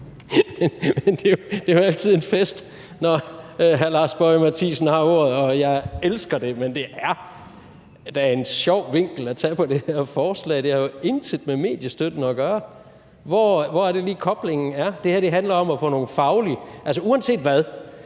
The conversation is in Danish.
Det er altid en fest, når hr. Lars Boje Mathiesen har ordet, og jeg elsker det, men det er da en sjov vinkel at tage på det her forslag. Det har jo intet med mediestøtten at gøre. Hvor er det lige, koblingen er? Det her handler om at få noget fagligt ind. Altså, uanset hvad